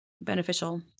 beneficial